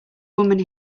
woman